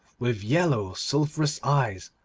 with yellow sulphurous eyes,